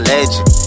Legend